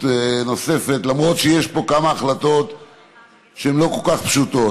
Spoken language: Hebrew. פה כמה החלטות שהן לא כל כך פשוטות.